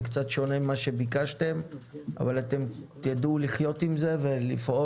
זה קצת שונה ממה שביקשתם אבל אתם תדעו לחיות עם זה ולפעול.